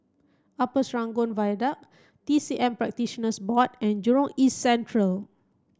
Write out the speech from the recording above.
Upper Serangoon Viaduct T C M Practitioners Board and Jurong East Central